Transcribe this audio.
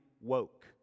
woke